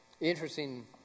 interesting